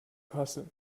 kassel